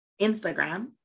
instagram